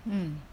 mm